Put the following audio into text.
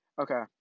Okay